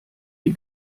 die